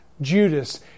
Judas